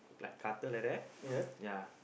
like cutter like that ya